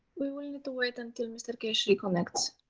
we want and to wait until mr. keshe reconnects.